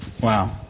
Wow